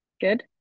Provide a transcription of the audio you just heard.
good